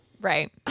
Right